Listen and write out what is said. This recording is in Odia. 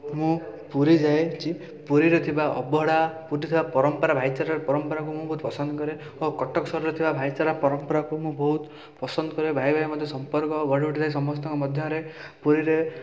ମୁଁ ପୁରୀ ଯାଇଛି ପୁରୀରେ ଥିବା ଅଭଡ଼ା ପୁରୀରେ ଥିବା ପରମ୍ପରା ଭାଇଚାରାର ପରମ୍ପରାକୁ ବହୁତ ମୁଁ ପସନ୍ଦ କରେ ଓ କଟକ ସହରରେ ଥିବା ଭାଇଚାରା ପରମ୍ପରାକୁ ମୁଁ ବହୁତ ପସନ୍ଦ କରେ ଭାଇ ଭାଇ ମଧ୍ୟରେ ସମ୍ପର୍କ ଗଢ଼ି ଉଠିଥାଏ ସମସ୍ତଙ୍କ ମଧ୍ୟରେ ପୁରୀରେ